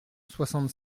soixante